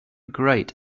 great